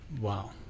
Wow